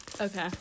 Okay